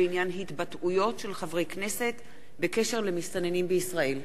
התבטאויות של חברי כנסת בנושא המסתננים בישראל.